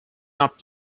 not